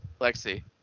Lexi